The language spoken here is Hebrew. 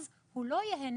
אז הוא לא ייהנה,